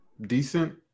Decent